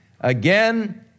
Again